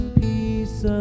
peace